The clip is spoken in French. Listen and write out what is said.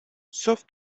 sauf